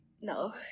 No